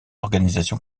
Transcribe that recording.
organisation